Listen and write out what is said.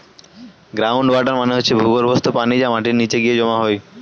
ground water মানে হচ্ছে ভূগর্ভস্থ পানি যা মাটির নিচে গিয়ে জমা হয়